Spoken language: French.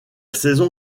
saison